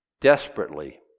Desperately